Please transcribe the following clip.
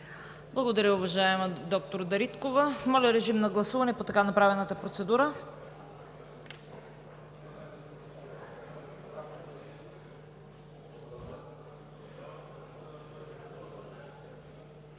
Благодаря, уважаема доктор Дариткова. Моля, режим на гласуване по така направената процедура.